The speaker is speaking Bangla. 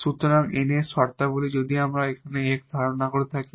সুতরাং N এর শর্তাবলী যদি আমরা এখানে x ধারণ না করে থাকি